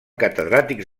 catedràtics